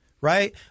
right